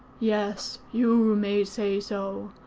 yes. you may say so.